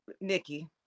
nikki